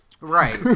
Right